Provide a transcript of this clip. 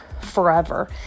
forever